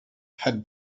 had